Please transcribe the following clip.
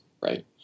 right